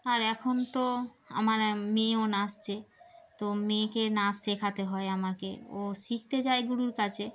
আর এখন তো আমার মেয়েও নাচছে তো মেয়েকে নাচ শেখাতে হয় আমাকে ও শিখতে যায় গুরুর কাছে